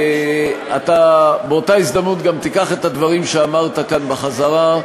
אתה באותה ההזדמנות גם תיקח את הדברים שאמרת כאן בחזרה,